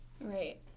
Right